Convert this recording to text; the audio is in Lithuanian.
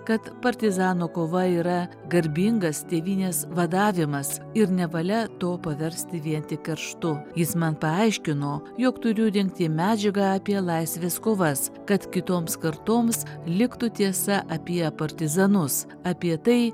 kad partizanų kova yra garbingas tėvynės vadavimas ir nevalia to paversti vien tik kerštu jis man paaiškino jog turiu rinkti medžiagą apie laisvės kovas kad kitoms kartoms liktų tiesa apie partizanus apie tai